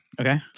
Okay